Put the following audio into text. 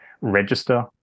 register